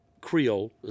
Creole